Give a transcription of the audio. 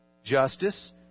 Justice